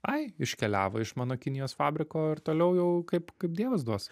ai iškeliavo iš mano kinijos fabriko ir toliau jau kaip kaip dievas duos